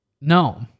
No